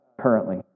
currently